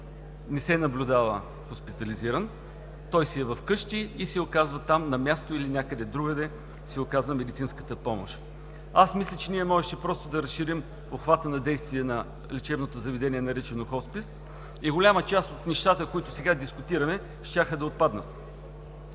не се наблюдава хоспитализиран, той си е вкъщи и се оказва там на място, или някъде другаде се оказва медицинската помощ. Аз мисля, че ние можеше просто да разширим обхвата на действие на лечебното заведение, наречено хоспис, и голяма част от нещата, които сега дискутираме, щяха да отпаднат.